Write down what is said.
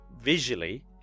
visually